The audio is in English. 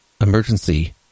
emergency